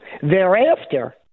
thereafter